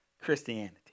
Christianity